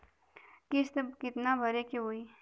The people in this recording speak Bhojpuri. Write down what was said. किस्त कितना भरे के होइ?